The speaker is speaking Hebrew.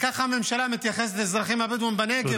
ככה הממשלה מתייחסת לאזרחים הבדואים בנגב?